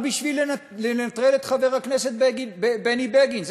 רק לנטרל את חבר הכנסת בני בגין,